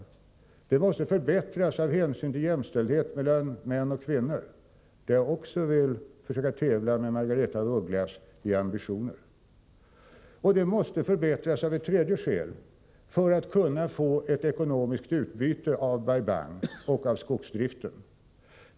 Arbetsförhållandena måste förbättras också av hänsyn till jämställdheten mellan män och kvinnor, där jag också vill försöka tävla med Margaretha af Ugglas i fråga om ambitioner. Arbetsförhållandena måste förbättras även av ett tredje skäl: för att man skall kunna få ett ekonomiskt utbyte av Bai Bang och av skogsdriften.